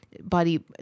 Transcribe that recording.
body